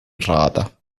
rada